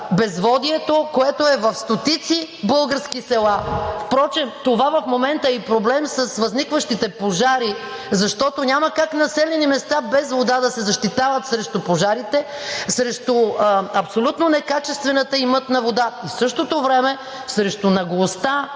безводието, което е в стотици български села. Впрочем това в момента е и проблем с възникващите пожари, защото няма как населени места без вода да се защитават срещу пожарите, срещу абсолютно некачествената и мътна вода, и в същото време срещу наглостта